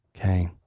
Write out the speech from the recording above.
Okay